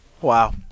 Wow